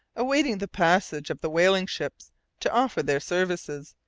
awaiting the passing of the whaling-ships to offer their services,